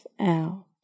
out